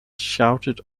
shouted